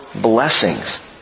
Blessings